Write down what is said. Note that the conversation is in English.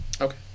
Okay